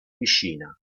piscina